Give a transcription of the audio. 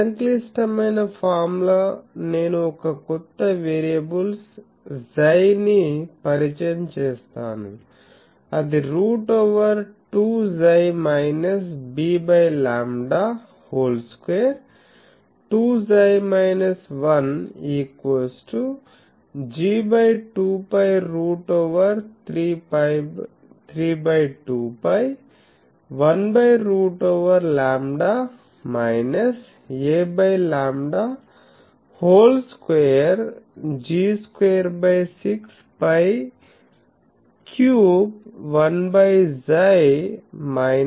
సంక్లిష్టమైన ఫార్ములా నేను ఒక కొత్త వేరియబుల్స్ 𝝌 నీ పరిచయం చేస్తాను అదిరూట్ over 2𝝌 b lambda 2 2 𝝌 1 G 2π root over 3 2π 1 root over lambda a lambda whole square G 2 6π 3 1 𝝌 1